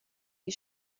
die